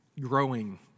growing